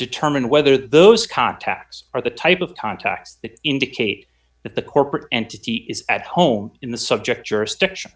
determine whether those contacts are the type of contacts that indicate that the corporate entity is at home in the subject jurisdiction